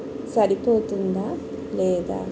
సరిపోతుందా లేదా